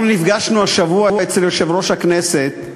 אנחנו נפגשנו השבוע אצל יושב-ראש הכנסת,